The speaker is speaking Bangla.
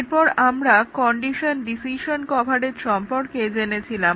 এরপর আমরা কন্ডিশন ডিসিশন কভারেজ সম্পর্কে জেনেছিলাম